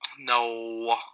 No